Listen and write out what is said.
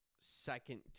second